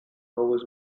always